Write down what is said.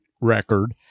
record